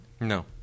No